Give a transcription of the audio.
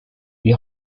lui